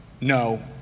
No